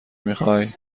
میخوای